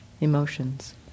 emotions